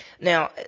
Now